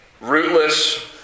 rootless